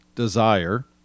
desire